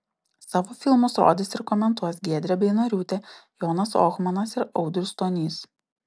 savo filmus rodys ir komentuos giedrė beinoriūtė jonas ohmanas ir audrius stonys